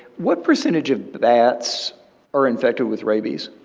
what percentage of bats are infected with rabies?